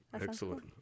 Excellent